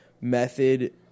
Method